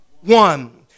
one